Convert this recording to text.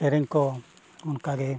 ᱥᱮᱨᱮᱧ ᱠᱚ ᱚᱱᱠᱟᱜᱮ